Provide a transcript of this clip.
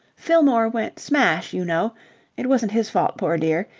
fillmore went smash, you know it wasn't his fault, poor dear.